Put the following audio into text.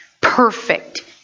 perfect